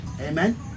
Amen